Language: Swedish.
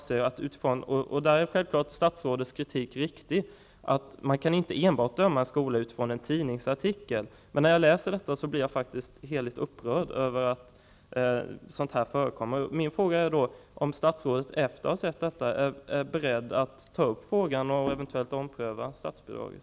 Självfallet är statsrådets kritik riktig när hon säger att man inte kan bedöma en skola enbart utifrån en tidningsartikel. Men när jag läser detta blir jag faktiskt heligt upprörd över att sådant här förekommer. Min fråga är om statsrådet efter att ha sett detta är beredd att ta upp frågan och eventuellt ompröva statsbidraget.